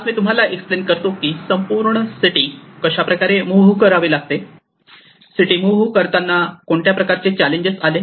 आज मी तुम्हाला एक्सप्लेन करतो की संपूर्ण सिटी कशाप्रकारे मूव्ह करावे लागले सिटी मूव्ह करताना कोणत्या प्रकारचे चॅलेंजेस आले